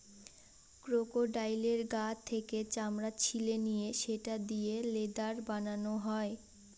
ক্রোকোডাইলের গা থেকে চামড়া ছিলে নিয়ে সেটা দিয়ে লেদার বানানো হয়